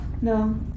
No